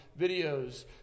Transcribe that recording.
videos